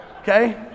Okay